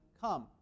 Come